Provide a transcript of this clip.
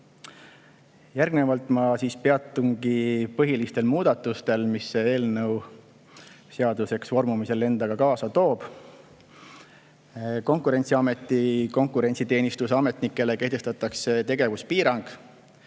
Järgnevalt ma peatungi põhilistel muudatustel, mida see eelnõu seaduseks vormumisel endaga kaasa toob. Konkurentsiameti konkurentsiteenistuse ametnikele kehtestatakse tegevuspiirang.